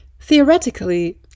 Theoretically